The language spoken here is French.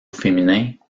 féminin